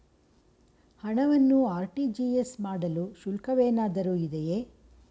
ಹಣವನ್ನು ಆರ್.ಟಿ.ಜಿ.ಎಸ್ ಮಾಡಲು ಶುಲ್ಕವೇನಾದರೂ ಇದೆಯೇ?